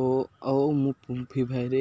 ଓ ମୁଁ ଫ୍ରି ଫାୟାର୍ରେ